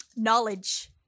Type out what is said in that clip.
Knowledge